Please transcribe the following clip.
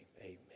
amen